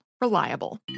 reliable